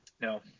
No